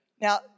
Now